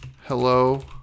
hello